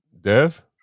Dev